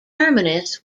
terminus